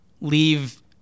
leave